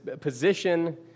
position